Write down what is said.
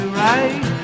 right